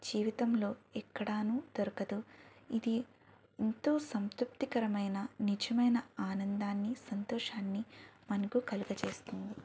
జీవితంలో ఎక్కడాను దొరకదు ఇది ఇంతో సంతృప్తికరమైన నిజమైన ఆనందాన్ని సంతోషాన్ని మనకు కలుగజేస్తుంది